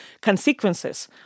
consequences